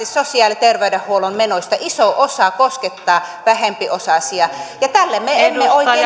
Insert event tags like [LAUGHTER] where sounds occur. [UNINTELLIGIBLE] sosiaali ja terveydenhuollon menoista iso osa koskettaa vähempiosaisia ja tälle me emme oikein [UNINTELLIGIBLE]